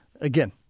again